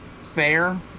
fair